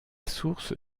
source